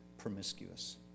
promiscuous